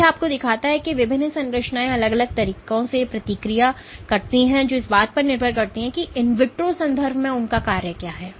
तो यह आपको दिखाता है कि विभिन्न संरचनाएं अलग अलग तरीकों से प्रतिक्रिया करती हैं जो इस बात पर निर्भर करती है कि इन विट्रो संदर्भ में उनका कार्य क्या है